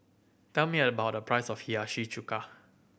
tell me a price of Hiyashi Chuka